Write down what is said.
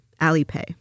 Alipay